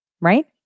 right